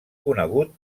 conegut